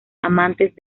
amantes